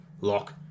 Lock